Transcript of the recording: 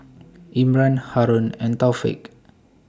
Imran Haron and Taufik